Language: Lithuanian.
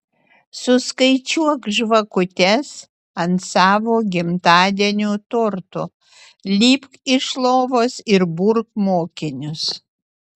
suskaičiuok žvakutes ant savo gimtadienio torto lipk iš lovos ir burk mokinius